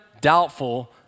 doubtful